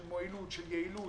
של מועילות, של יעילות,